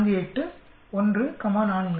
48 1 comma 4 0